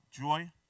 joy